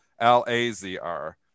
L-A-Z-R